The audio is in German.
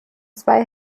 zwei